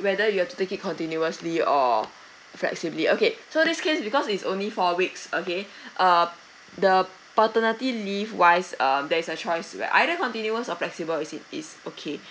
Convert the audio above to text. whether you have to take it continuously or flexibly okay so this case because it's only four weeks okay uh the paternity leave wise um there is a choice where either continuous or flexible is is okay